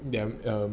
they have err